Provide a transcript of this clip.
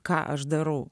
ką aš darau